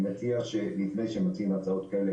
אני מציע שלפני שאנחנו מציעים הצעות כאלה,